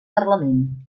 parlament